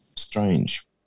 Strange